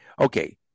Okay